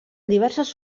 diverses